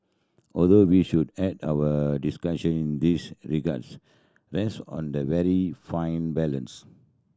although we should add our discussion this regards rest on the very fine balance